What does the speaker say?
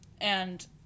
and-